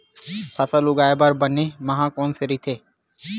फसल उगाये बर बने माह कोन से राइथे?